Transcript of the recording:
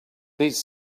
these